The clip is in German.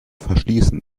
verschließen